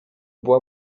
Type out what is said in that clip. była